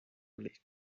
relief